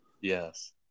Yes